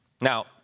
Now